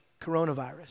coronavirus